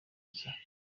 iza